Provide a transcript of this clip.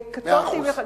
וקטונתי, מאה אחוז.